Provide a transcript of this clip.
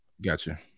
Gotcha